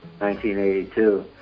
1982